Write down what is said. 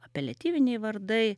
apeliatyviniai vardai